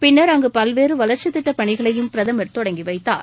பின்னர் அங்கு பல்வேறு வளர்ச்சி திட்டப் பணிகளையும் பிரதமர் தொடங்கி வைத்தார்